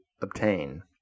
obtain